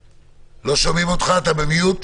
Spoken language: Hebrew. בבקשה.